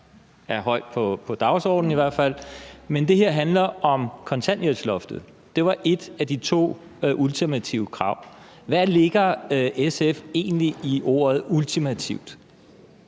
er højt på dagsordenen, men det her handler om kontanthjælpsloftet. Det var et af de to ultimative krav. Hvad lægger SF egentlig i ordet ultimativt?